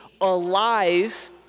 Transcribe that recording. alive